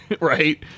right